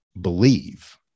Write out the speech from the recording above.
believe